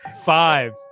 Five